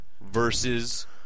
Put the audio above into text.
versus